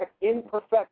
imperfect